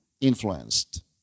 influenced